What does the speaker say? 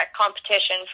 competition